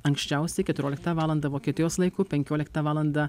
anksčiausiai keturioliktą valandą vokietijos laiku penkioliktą valandą